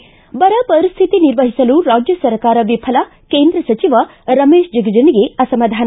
ಿಂ ಬರ ಪರಿಸ್ಥಿತಿ ನಿರ್ವಹಿಸಲು ರಾಜ್ಯ ಸರ್ಕಾರ ವಿಫಲ ಕೇಂದ್ರ ಸಚಿವ ರಮೇತ್ ಜಿಗಜಿಣಗಿ ಅಸಮಾಧಾನ